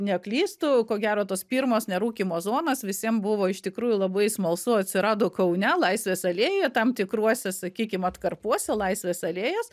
neklystu ko gero tos pirmos nerūkymo zonos visiem buvo iš tikrųjų labai smalsu atsirado kaune laisvės alėjoje tam tikruose sakykim atkarpuose laisvės alėjos